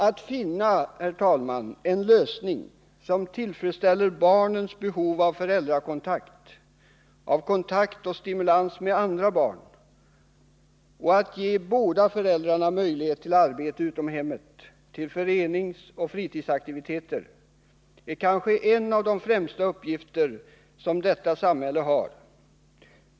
Att finna en lösning som tillfredsställer barnens behov av föräldrakontakt, av kontakt och stimulans med andra barn, och att ge båda föräldrarna möjlighet till arbete utom hemmet, till föreningsoch fritidsaktiviteter, hör kanske till de främsta uppgifter som detta samhälle har.